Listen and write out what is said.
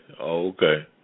Okay